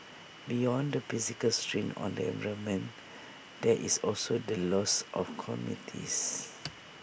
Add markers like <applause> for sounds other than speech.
beyond the physical strain on the environment there is also the loss of communities <noise>